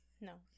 No